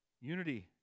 unity